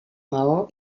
maó